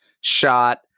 shot